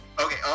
Okay